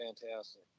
fantastic